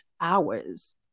hours